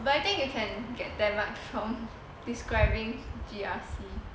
but I think you can get ten marks for describing G_I_C